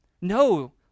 No